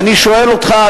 ואני שואל אותך,